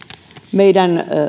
meidän